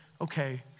okay